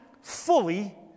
fully